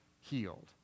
healed